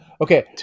Okay